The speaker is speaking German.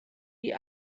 die